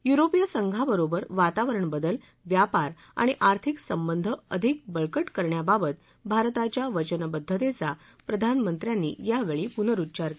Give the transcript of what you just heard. युरोपीय संघाबरोबर वातावरण बदल व्यापार आणि आर्थिक संबंध अधिक बळकट करण्याबाबत भारताच्या वचनबद्धतेचा प्रधानमंत्र्यांनी यावेळी पुनरुच्चार केला